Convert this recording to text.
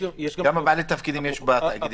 כמה בעלי תפקידים יש בתאגידים?